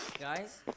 guys